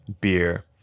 beer